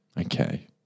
Okay